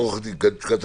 עורך דין פסח